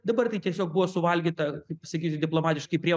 dabar tai tiesiog buvo suvalgyta kaip pasakyti diplomatiškai prie